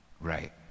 Right